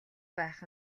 байх